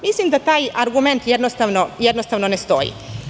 Mislim da taj argument jednostavno ne stoji.